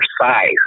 size